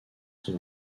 son